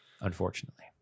unfortunately